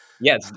Yes